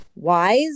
wise